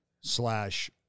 slash